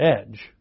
edge